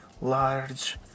large